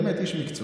באמת איש מקצוע.